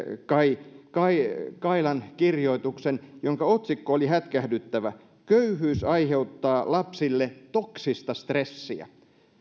kai kai kailan kirjoituksen jonka otsikko oli hätkähdyttävä köyhyys aiheuttaa lapsille toksista stressiä